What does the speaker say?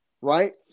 right